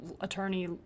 attorney